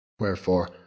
Wherefore